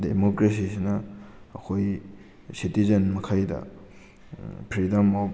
ꯗꯦꯃꯣꯀ꯭ꯔꯦꯁꯤꯁꯤꯅ ꯑꯩꯈꯣꯏ ꯁꯤꯇꯤꯖꯟ ꯃꯈꯩꯗ freedom of